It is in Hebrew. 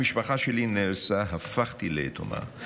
המשפחה שלי נהרסה, הפכתי ליתומה.